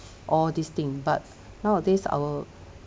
all this thing but nowadays our